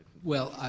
well,